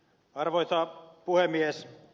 arvoisa puhemies